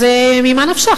אז ממה נפשך?